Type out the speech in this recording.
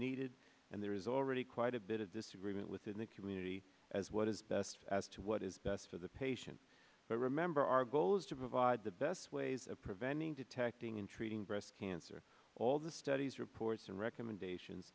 needed and there is already quite a bit of disagreement within the community as what is best as to what is best for the patient but remember our goal is to provide the best ways of preventing detecting and treating breast cancer all the studies reports and recommendations